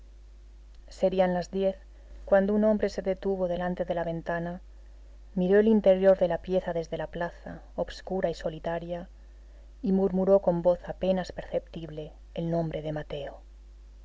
serían las diez cuando un hombre se detuvo delante de la ventana miró el interior de la pieza desde la plaza obscura y solitaria y murmuró con voz apenas perceptible el nombre de mateo